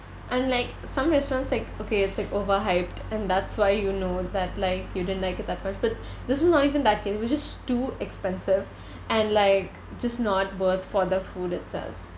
unlike some restaurants like okay it's like over hyped and that's why you know that like you didn't like it that much but this was not even that case it was just too expensive and like just not worth for the food itself